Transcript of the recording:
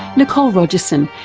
nicole rogerson,